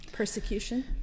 Persecution